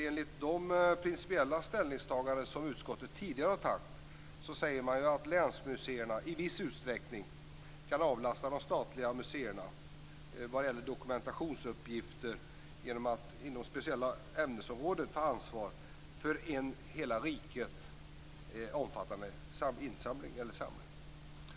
Enligt de principiella ställningstaganden som utskottet tidigare har gjort säger man nämligen att länsmuseerna i viss utsträckning kan avlasta de statliga museerna vad gäller dokumentationsuppgifter genom att inom speciella ämnesområden ta ansvar för en samling som omfattar hela riket.